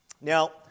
Now